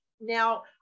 now